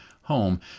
home